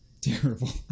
Terrible